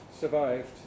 survived